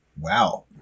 Wow